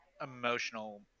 emotional